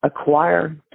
acquire